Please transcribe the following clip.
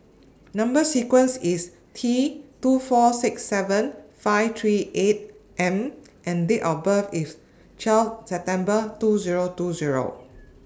Number sequence IS T two four six seven five three eight M and Date of birth IS twelve September two Zero two Zero